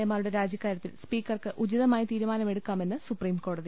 A മാരുടെ രാജിക്കാരൃ ത്തിൽ സ്പീക്കർക്ക് ഉചിതമായ തീരുമാനമെടുക്കാമെന്ന് സുപ്രീംകോടതി